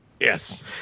Yes